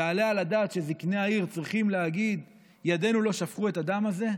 יעלה על הדעת שזקני העיר צריכים להגיד "ידינו לא שפכו את הדם הזה"?